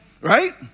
right